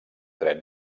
dret